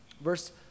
Verse